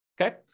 Okay